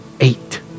eight